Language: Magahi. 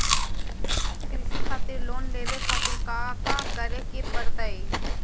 कृषि खातिर लोन लेवे खातिर काका करे की परतई?